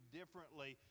differently